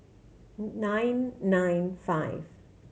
nine nine five